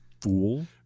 fool